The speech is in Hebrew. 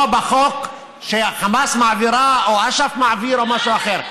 לא בחוק שהחמאס מעבירה או אש"ף מעביר או משהו אחר.